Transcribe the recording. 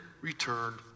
returned